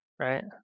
right